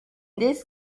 this